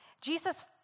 Jesus